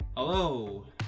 Hello